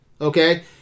okay